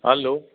hello